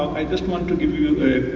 i just want to give you a